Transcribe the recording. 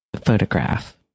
photograph